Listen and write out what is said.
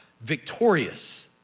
victorious